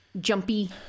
Jumpy